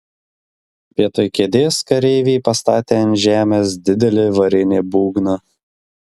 vietoj kėdės kareiviai pastatė ant žemės didelį varinį būgną